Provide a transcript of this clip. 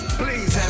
please